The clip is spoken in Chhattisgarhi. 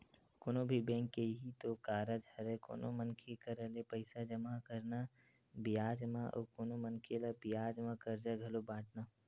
कोनो भी बेंक के इहीं तो कारज हरय कोनो मनखे करा ले पइसा जमा करना बियाज म अउ कोनो मनखे ल बियाज म करजा घलो बाटना